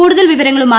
കൂടുതൽ വിവരങ്ങളുമായി